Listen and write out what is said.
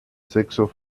sexo